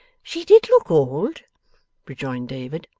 she did look old rejoined david.